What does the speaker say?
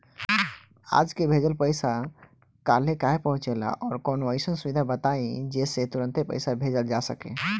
आज के भेजल पैसा कालहे काहे पहुचेला और कौनों अइसन सुविधा बताई जेसे तुरंते पैसा भेजल जा सके?